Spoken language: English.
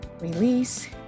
release